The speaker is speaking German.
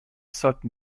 sollten